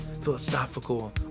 philosophical